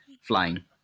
flying